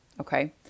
Okay